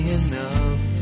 enough